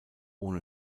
ohne